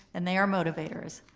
and they are motivators.